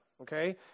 Okay